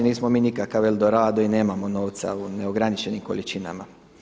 Nismo mi nikakav El Dorado i nemamo novca u neograničenim količinama.